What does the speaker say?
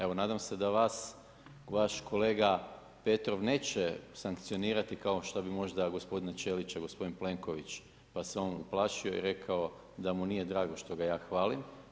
Evo nadam se da vas vaš kolega Petrov neće sankcionirati kao što bi možda gospodina Ćelića gospodin Plenković, pa se on uplašio i rekao da mu nije drago što ga ja hvali.